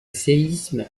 séisme